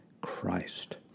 Christ